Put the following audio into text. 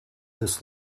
this